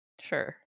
sure